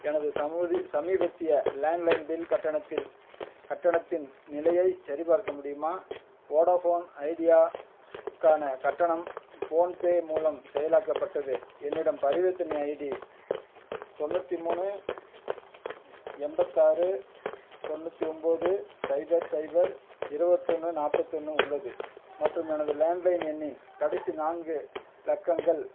எனது சமோதி சமீபத்திய லேண்ட்லைன் பில் கட்டணத்தில் கட்டணத்தின் நிலையைச் சரிபார்க்க முடியுமா வோடோஃபோன் ஐடியாக்கான கட்டணம் ஃபோன்பே மூலம் செயலாக்கப்பட்டது என்னிடம் பரிவர்த்தனை ஐடி தொண்ணூற்றி மூணு எண்பத்தாறு தொண்ணூற்றி ஒம்பது சைபர் சைபர் இருபத்தொன்னு நாற்பத்தொன்னு உள்ளது மற்றும் எனது லேண்ட்லைன் எண்ணின் கடைசி நான்கு இலக்கங்கள்